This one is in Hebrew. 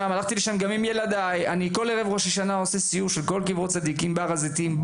בכל ראש השנה אני עושה טיול לקברות צדיקים בהר הזיתים,